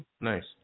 Nice